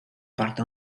porta